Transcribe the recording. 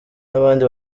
n’abandi